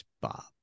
Bob